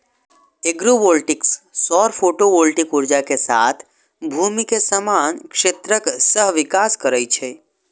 agrovoltaics सौर photovoltaic ऊर्जा के साथ भूमि के समान क्षेत्रक सहविकास करै छै